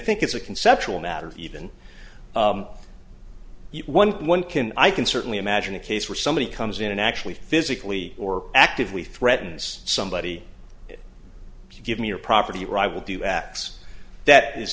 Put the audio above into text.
think it's a conceptual matter even one one can i can certainly imagine a case where somebody comes in and actually physically or actively threatens somebody if you give me your property rival do x that is